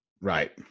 Right